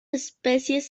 especies